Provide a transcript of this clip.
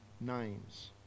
names